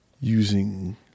using